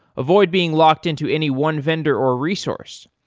avoid being locked into any one vendor or resource.